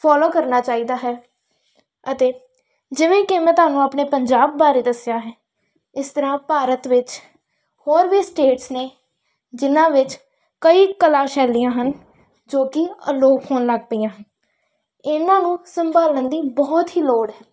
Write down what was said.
follow ਕਰਨਾ ਚਾਹੀਦਾ ਹੈ ਅਤੇ ਜਿਵੇਂ ਕਿ ਮੈਂ ਤੁਹਾਨੂੰ ਆਪਣੇ ਪੰਜਾਬ ਬਾਰੇ ਦੱਸਿਆ ਹੈ ਇਸ ਤਰ੍ਹਾਂ ਭਾਰਤ ਵਿੱਚ ਹੋਰ ਵੀ ਸਟੇਟਸ ਨੇ ਜਿਹਨਾਂ ਵਿੱਚ ਕਈ ਕਲਾ ਸ਼ੈਲੀਆਂ ਹਨ ਜੋ ਕਿ ਅਲੋਪ ਹੋਣ ਲੱਗ ਪਈਆਂ ਹਨ ਇਹਨਾਂ ਨੂੰ ਸੰਭਾਲਣ ਦੀ ਬਹੁਤ ਹੀ ਲੋੜ ਏ